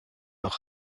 leur